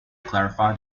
clarify